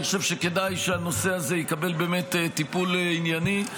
אני חושב שכדאי שהנושא הזה יקבל באמת טיפול ענייני.